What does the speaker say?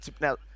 Now